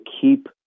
keep